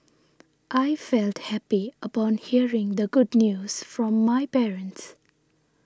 I felt happy upon hearing the good news from my parents